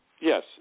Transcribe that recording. Yes